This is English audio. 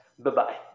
Bye-bye